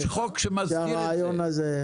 יש חוק שמסדיר את זה.